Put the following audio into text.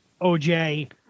OJ